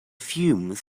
fumes